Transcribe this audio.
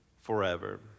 forever